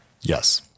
Yes